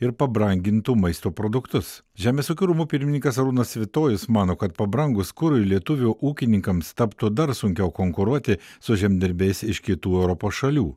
ir pabrangintų maisto produktus žemės ūkio rūmų pirmininkas arūnas svitojus mano kad pabrangus kurui lietuvių ūkininkams taptų dar sunkiau konkuruoti su žemdirbiais iš kitų europos šalių